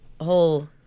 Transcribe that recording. whole